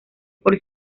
por